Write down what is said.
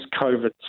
COVID